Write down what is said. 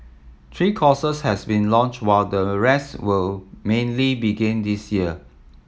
three courses has been launched while the rest will mainly begin this year